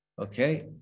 Okay